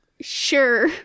Sure